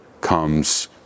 comes